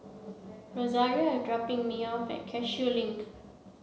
Rosario is dropping me off at Cashew Link